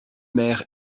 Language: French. mère